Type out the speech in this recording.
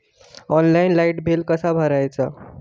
Online light bill कसा भरायचा?